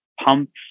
pumps